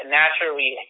naturally